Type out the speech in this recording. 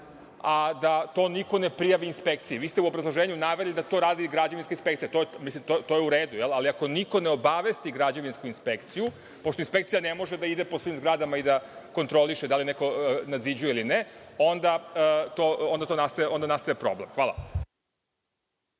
a da to niko ne prijavi inspekciji. U obrazloženju ste naveli da to radi građevinska inspekcija. To je u redu, ali ako niko ne obavesti građevinsku inspekciju, pošto inspekcija ne može da ide po svim zgradama i da kontroliše da li neko nadziđuje ili ne, onda nastaje problem. Hvala.